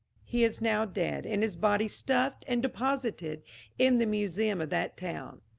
he is now dead, and his body stuffed and deposited in the museum of that town.